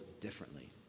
differently